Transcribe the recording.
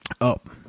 up